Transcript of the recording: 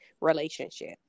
relationship